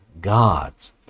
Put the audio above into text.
gods